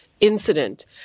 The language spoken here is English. incident